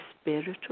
spiritual